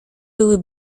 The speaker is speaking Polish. były